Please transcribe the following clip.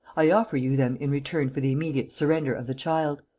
i offer you them in return for the immediate surrender of the child.